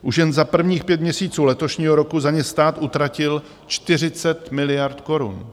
Už jen za prvních pět měsíců letošního roku za ně stát utratil 40 miliard korun.